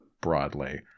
broadly